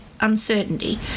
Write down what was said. uncertainty